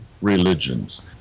religions